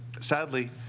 sadly